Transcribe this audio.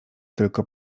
tylko